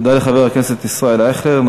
תודה לחבר הכנסת ישראל אייכלר.